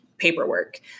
Paperwork